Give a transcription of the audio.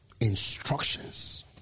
Instructions